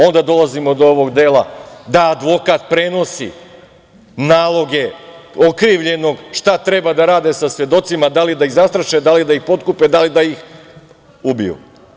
Onda dolazimo do ovog dela da advokat prenosi naloge okrivljenog šta treba da rade sa svedocima, da li da ih zastraše, da li da ih potkupe, da li da ih ubiju.